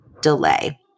delay